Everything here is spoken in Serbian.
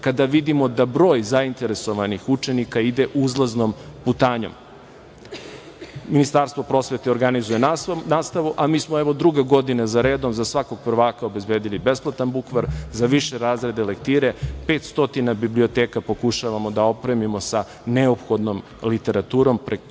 kada vidimo da broj zainteresovanih učenika ide uzlaznom putanjom. Ministarstvo prosvete organizuje nastavu, a mi smo evo drugu godinu zaredom za svakog prvaka obezbedili besplatan bukvar, za više razrede lektire, 500 biblioteka pokušavamo da opremimo sa neophodnom literaturom, i prema